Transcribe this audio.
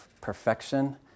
perfection